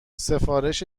سفارش